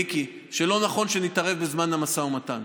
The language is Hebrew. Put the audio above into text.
מיקי, שלא נכון שנתערב בזמן המשא ומתן.